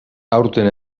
aurten